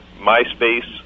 MySpace